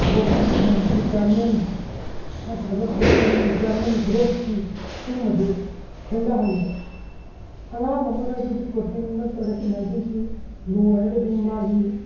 body energy requirement ꯅꯠꯇ꯭ꯔꯒꯅ protein requirement ꯒ꯭ꯔꯣꯠꯀꯤ ꯁꯨꯝꯕꯁꯤ ꯊꯦꯡꯊꯍꯜꯂꯦꯕ ꯑꯉꯥꯡ ꯑꯃꯗ ꯑꯩꯈꯣꯏꯒꯤ ꯄ꯭ꯔꯣꯇꯤꯟ ꯅꯠꯇ꯭ꯔꯒ ꯏꯟꯅꯔꯖꯤꯁꯤ ꯂꯣ ꯑꯣꯏꯔꯒꯗꯤ ꯃꯥꯒꯤ